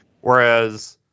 whereas